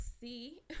see